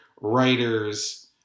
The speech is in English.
writers